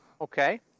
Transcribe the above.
Okay